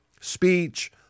speech